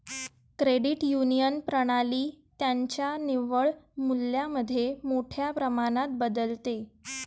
credit union प्रणाली त्यांच्या निव्वळ मूल्यामध्ये मोठ्या प्रमाणात बदलते